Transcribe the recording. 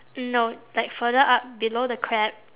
no like further up below the crab